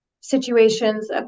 situations